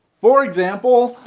for example,